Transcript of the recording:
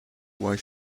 why